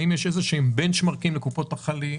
האם יש איזה שהם בנצ'מרקים לקופות החולים?